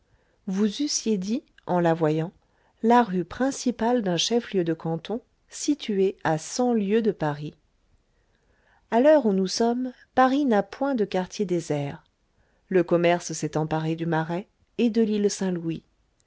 vous eussiez dit en la voyant la rue principale d'un chef-lieu de canton situé à cent lieues de paris a l'heure où nous sommes paris n'a point de quartiers déserts le commerce s'est emparé du marais et de l'île saint-louis